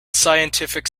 scientific